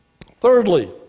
Thirdly